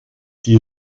die